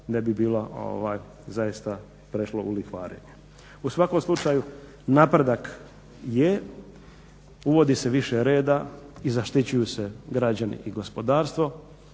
ne bi bilo zaista prešlo u lihvarenje. U svakom slučaju napredak je, uvodi se više reda i zaštićuju se građani i gospodarstvo,